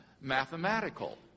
mathematical